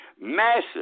Massive